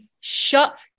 shut